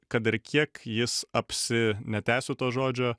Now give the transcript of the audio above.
kad ir kiek jis apsi netęsiu to žodžio